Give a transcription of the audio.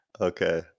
Okay